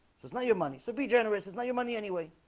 so it's not your money, so be generous. it's not your money anyway